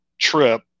trip